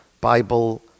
Bible